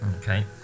Okay